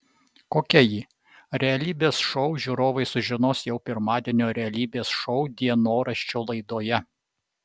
kokia ji realybės šou žiūrovai sužinos jau pirmadienio realybės šou dienoraščio laidoje